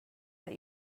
that